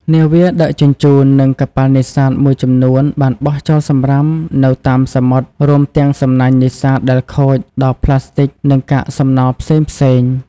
នាវាដឹកជញ្ជូន និងកប៉ាល់នេសាទមួយចំនួនបានបោះចោលសំរាមនៅតាមសមុទ្រ រួមទាំងសំណាញ់នេសាទដែលខូច ដបប្លាស្ទិក និងកាកសំណល់ផ្សេងៗ។